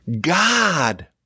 God